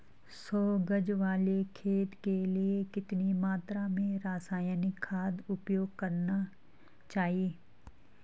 सौ गज वाले खेत के लिए कितनी मात्रा में रासायनिक खाद उपयोग करना चाहिए?